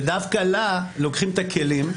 ודווקא לה לוקחים את הכלים,